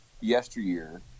yesteryear